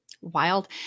wild